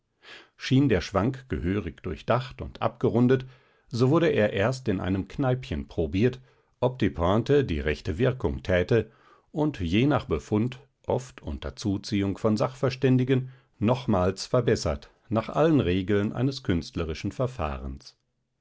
schien der schwank gehörig durchdacht und abgerundet so wurde er erst in einem kneipchen probiert ob die pointe die rechte wirkung täte und je nach befund oft unter zuziehung von sachverständigen nochmals verbessert nach allen regeln eines künstlerischen verfahrens